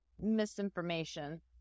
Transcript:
misinformation